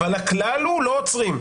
אבל הכלל הוא שלא עוצרים.